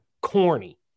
Corny